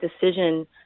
decision